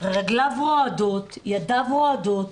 רגליו רועדות, ידיו רועדות,